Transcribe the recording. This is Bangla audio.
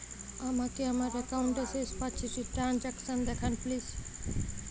আমাকে আমার একাউন্টের শেষ পাঁচটি ট্রানজ্যাকসন দেখান প্লিজ